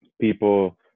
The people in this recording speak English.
people